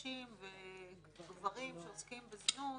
נשים וגברים שעוסקים בזנות